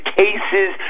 cases